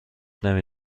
نمی